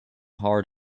hard